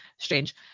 strange